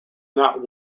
not